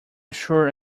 sure